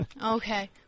Okay